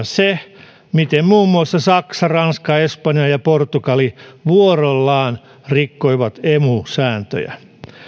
se miten muun muassa saksa ranska espanja ja portugali vuorollaan rikkoivat emu sääntöjä